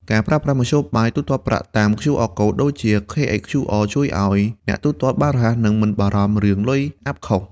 ការប្រើប្រាស់មធ្យោបាយទូទាត់ប្រាក់តាម QR Code ដូចជា KHQR ជួយឱ្យអ្នកទូទាត់បានរហ័ស និងមិនបារម្ភរឿងលុយអាប់ខុស។